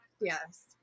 yes